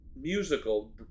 musical